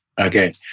Okay